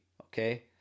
Okay